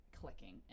clicking